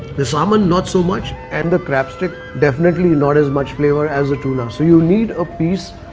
the salmon not so much. and the crabstick. definitely not as much flavour as the tuna. so you need a piece.